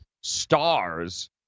stars